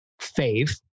faith